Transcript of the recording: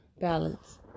Balance